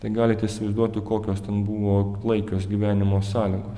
tai galit įsivaizduoti kokios ten buvo klaikios gyvenimo sąlygos